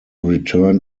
return